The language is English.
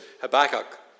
Habakkuk